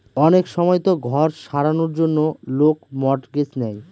অনেক সময়তো ঘর সারানোর জন্য লোক মর্টগেজ নেয়